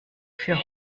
für